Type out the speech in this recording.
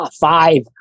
five